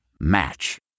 Match